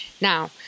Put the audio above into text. Now